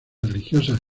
religiosas